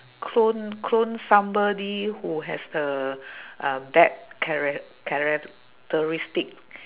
clone clone somebody who has a a bad chara~ characteristic